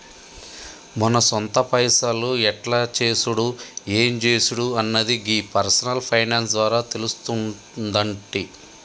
మన సొంత పైసలు ఎట్ల చేసుడు ఎం జేసుడు అన్నది గీ పర్సనల్ ఫైనాన్స్ ద్వారా తెలుస్తుందంటి